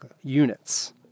units